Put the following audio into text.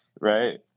right